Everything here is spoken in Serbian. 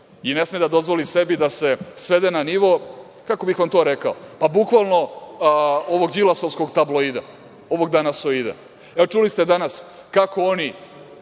i ne sme da dozvoli sebi da se svede na nivo, kako bih vam rekao, bukvalno ovog Đilasovskog tabloida, ovog „danasoida“. Čuli ste danas kako oni